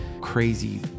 crazy